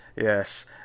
Yes